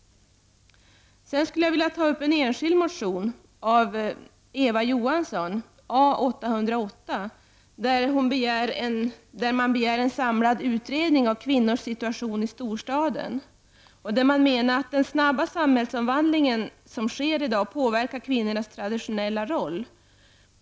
Jag skall ta upp en enskild motion av Eva Johansson, motion A808. Där begärs en samlad utredning av kvinnors situation i storstaden. Man menar att den snabba samhällsomvandlingen påverkar kvinnans traditionella roll.